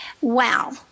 Wow